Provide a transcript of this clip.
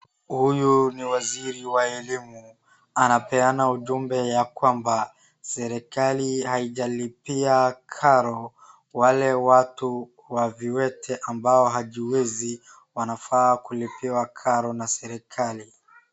Huyu ni waziri wa elimu anapeana ujumbe ya kwamba serikali haijalipia karo wale watu wa viwete ambao hawajiwezi wanafaa kulipiwa karo na serikali.